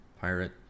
pirate